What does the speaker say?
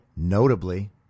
Notably